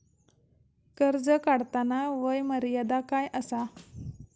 कर्ज काढताना वय मर्यादा काय आसा?